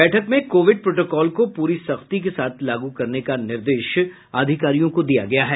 बैठक में covid protocol को पूरी सख्ती के साथ लागू करने का निर्देश अधिकारियों को दिया गया है